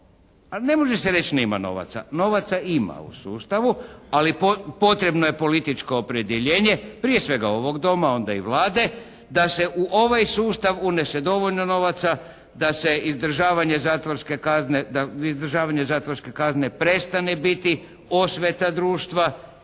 ne može se reći nema novaca. Novaca ima u sustavu, ali potrebno je političko opredjeljenje. Prije svega ovog Doma a onda i Vlade da se u ovaj sustav unese dovoljno novaca. Da se izdržavanje zatvorske kazne, da izdržavanje